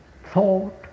thought